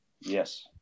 Yes